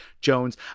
Jones